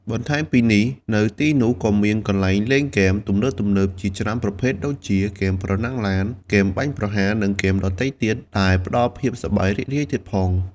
បន្ថែមពីនេះ នៅទីនោះក៏មានកន្លែងលេងហ្គេមទំនើបៗជាច្រើនប្រភេទដូចជា ហ្គេមប្រណាំងឡាន ហ្គេមបាញ់ប្រហារ និងហ្គេមដទៃទៀត ដែលផ្ដល់ភាពសប្បាយរីករាយទៀតផង។